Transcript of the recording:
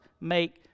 make